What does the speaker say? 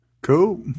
Cool